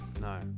No